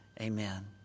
amen